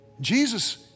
Jesus